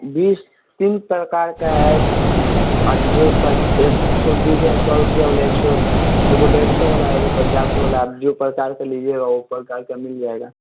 बीज तीन प्रकार का है जो बीज है सौ रूपया वाला एक सौ एगो डेढ़ सौ वाला है एगो पचास वाला है अब जो प्रकार का लीजिएगा वो प्रकार का मिल जाएगा